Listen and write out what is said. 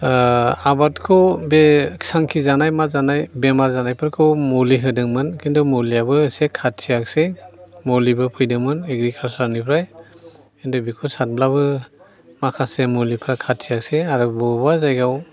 आबादखौ बे सांखि जानाय मा जानाय बेमार जानायफोरखौ मुलि होदोंमोन खिन्थु मुलियाबो एसे खाथियाखिसै मुलिबो फैदोंमोन एग्रिकालसार निफ्राय खिन्थु बेखौ सारब्लाबो माखासे मुलिफ्रा खाथियाखिसै आरो बबावबा जायगायाव